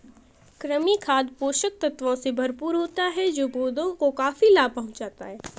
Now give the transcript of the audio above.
कृमि खाद पोषक तत्वों से भरपूर होता है जो पौधों को काफी लाभ पहुँचाता है